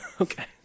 okay